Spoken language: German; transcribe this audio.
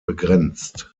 begrenzt